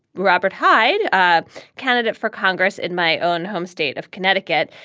robert hyde, a candidate for congress in my own home state of connecticut,